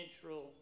Central